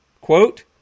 Quote